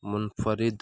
منفرد